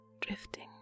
drifting